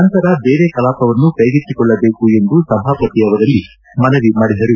ನಂತರ ಬೇರೆ ಕಲಾಪವನ್ನು ಕೈಗೆತ್ತಿಕೊಳ್ಳಬೇಕು ಎಂದು ಸಭಾಪತಿ ಅವರಲ್ಲಿ ಮನವಿ ಮಾಡಿದರು